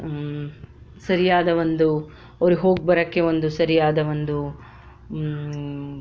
ಸರಿಯಾದ ಒಂದು ಅವ್ರಿಗೆ ಹೋಗಿ ಬರೋಕ್ಕೆ ಒಂದು ಸರಿಯಾದ ಒಂದು